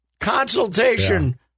consultation